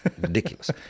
ridiculous